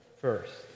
first